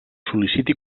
sol·liciti